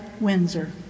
Windsor